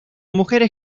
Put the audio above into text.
mujeres